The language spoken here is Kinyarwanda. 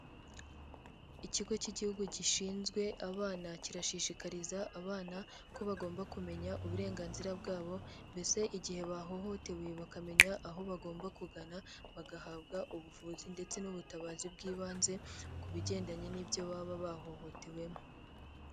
Ikigo cy'igihugu gishinzwe abana kirashishikariza abana ko bagomba kumenya uburenganzira bwa bo mbese igihe bahohotewe bakamenya aho bagomba kugana bagahabwa ubuvuzi ndetse n'ubutabazi bw'ibanze ku bigendanye n'ibyo baba bahohotewemo.